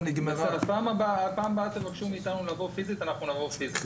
בפעם הבאה תבקשו מאיתנו לבוא פיזית ונגיע.